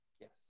yes